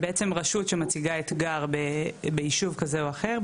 בעצם רשות שמציגה אתגר ביישוב כזה או אחר,